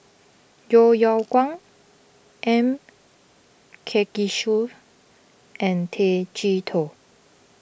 Yeo Yeow Kwang M Karthigesu and Tay Chee Toh